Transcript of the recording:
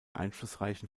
einflussreichen